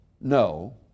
No